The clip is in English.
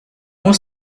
was